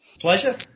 Pleasure